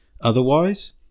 otherwise